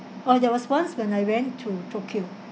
oh there was once when I went to tokyo